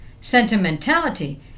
Sentimentality